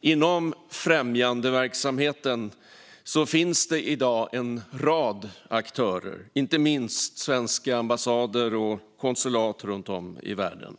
Inom främjandeverksamheten finns det i dag en rad aktörer, inte minst svenska ambassader och konsulat runt om i världen.